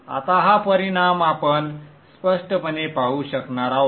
आता हा परिणाम आपण स्पष्टपणे पाहू शकणार आहोत